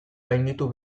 gainditu